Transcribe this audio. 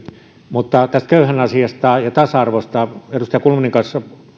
mutta tästä köyhän asiasta ja tasa arvosta edustaja kulmunin kanssa